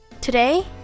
Today